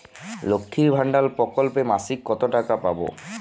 লক্ষ্মীর ভান্ডার প্রকল্পে মাসিক কত টাকা পাব?